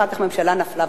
אחר כך הממשלה נפלה,